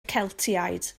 celtiaid